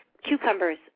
cucumbers